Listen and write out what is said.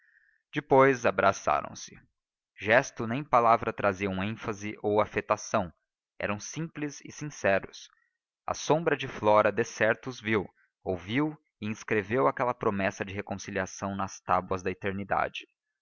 depois abraçaram-se gesto nem palavra traziam ênfase ou afetação eram simples e sinceros a sombra de flora decerto os viu ouviu e inscreveu aquela promessa de reconciliação nas tábuas da eternidade